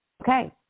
okay